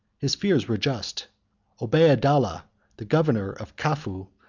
his fears were just obeidollah, the governor of cufa,